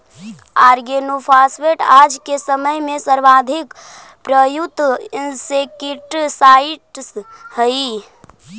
organophosphate आज के समय में सर्वाधिक प्रयुक्त इंसेक्टिसाइट्स् हई